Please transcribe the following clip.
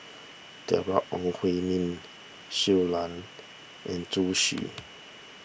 Deborah Ong Hui Min Shui Lan and Zhu Xu